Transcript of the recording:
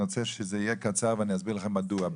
אני רוצה שזה יהיה קצר, ואני אסביר לכם מדוע.